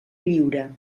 lliure